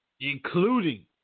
Including